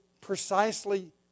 precisely